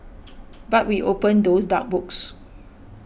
but we opened those dark books